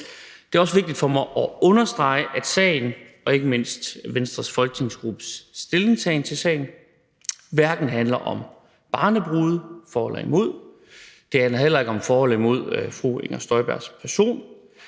Det er også vigtigt for mig at understrege, at sagen, og ikke mindst Venstres folketingsgruppes stillingtagen til sagen, hverken handler om barnebrude – for eller imod – og heller ikke om for eller imod fru Inger Støjbergs person